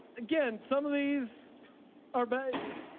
again some of these are bad.